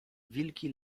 wilki